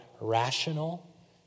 rational